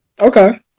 Okay